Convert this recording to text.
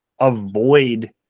avoid